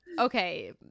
Okay